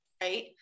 Right